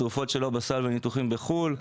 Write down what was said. תרופות שלא בסל וניתוחים בחו"ל.